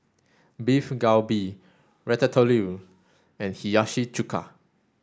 Beef Galbi Ratatouille and Hiyashi Chuka